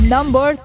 Number